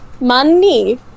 Money